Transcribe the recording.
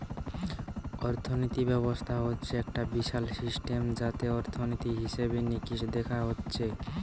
অর্থিনীতি ব্যবস্থা হচ্ছে একটা বিশাল সিস্টেম যাতে অর্থনীতি, হিসেবে নিকেশ দেখা হচ্ছে